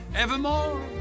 evermore